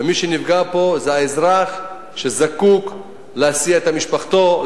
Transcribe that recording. ומי שנפגע פה זה האזרח שזקוק להסיע את משפחתו,